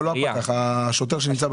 לא הפקח, השוטר.